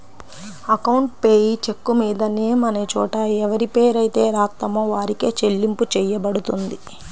account payee చెక్కుమీద name అనే చోట ఎవరిపేరైతే రాత్తామో వారికే చెల్లింపు చెయ్యబడుతుంది